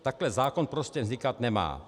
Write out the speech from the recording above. Takhle zákon prostě vznikat nemá.